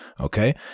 okay